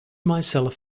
myself